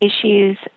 issues